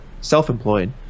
self-employed